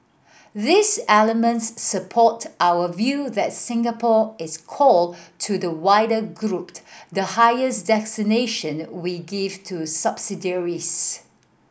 these elements support our view that Singapore is core to the wider grouped the highest we give to subsidiaries